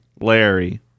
Larry